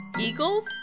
eagles